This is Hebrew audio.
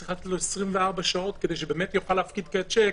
צריך לתת לו 24 שעות כדי שהוא באמת יוכל להפקיד שיק,